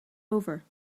over